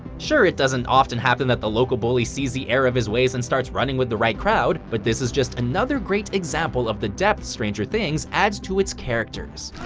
sure, it doesn't often happen that the local bully sees the error of his ways and starts running with the right crowd, but this is just another great example of the depth stranger things adds to its characters.